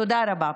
תודה רבה.